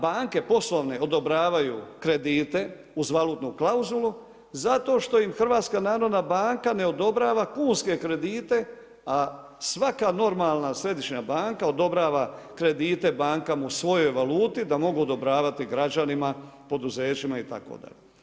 Banke poslovne odobravaju kredite uz valutnu klauzulu zato što im HNB ne odobrava kunske kredite, a svaka normalna Središnja banka odobrava kredite bankama u svojoj valuti da mogu odobravati građanima, poduzećima itd.